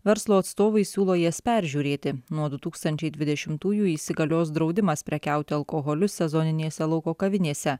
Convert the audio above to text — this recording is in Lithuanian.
verslo atstovai siūlo jas peržiūrėti nuo du tūkstančiai dvidešimtųjų įsigalios draudimas prekiauti alkoholiu sezoninėse lauko kavinėse